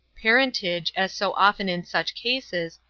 parentage, as so often in such cases,